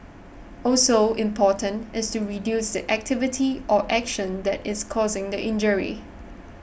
also important is to reduce the activity or action that is causing the injury